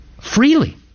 Freely